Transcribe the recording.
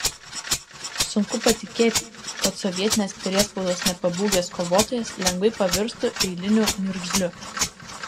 sunku patikėti kad sovietinės priespaudos nepabūgęs kovotojas lengvai pavirstų eiliniu niurgzliu